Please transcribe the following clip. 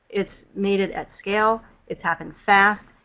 it's made it at scale, it's happened fast,